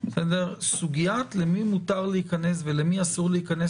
הסוגיה למי מותר להיכנס ולמי אסור להיכנס